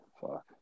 Fuck